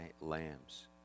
lambs